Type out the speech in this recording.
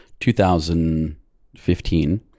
2015